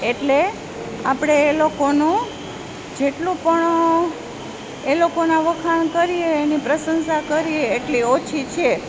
એટલે આપણે એ લોકોનો જેટલું પણ એ લોકોના વખાણ કરીએ એની પ્રશંસા કરીએ એટલી ઓછી છે